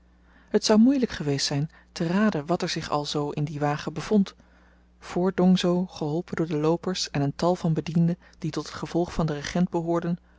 het zou moeielyk geweest zyn te raden wat er zich al zoo in dien wagen bevond voor dongso geholpen door de loopers en een tal van bedienden die tot het gevolg van den regent behoorden